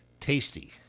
Tasty